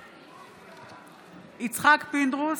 בעד יצחק פינדרוס,